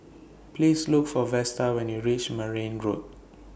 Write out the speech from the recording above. Please Look For Vesta when YOU REACH Marne Road